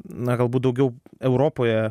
na galbūt daugiau europoje